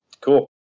Cool